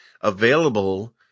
available